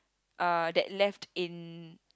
uh that left in